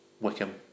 Wickham